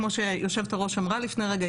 כמו שהיושבת-ראש אמרה לפני רגע,